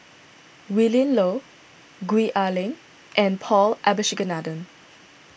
Willin Low Gwee Ah Leng and Paul Abisheganaden